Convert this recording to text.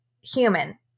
human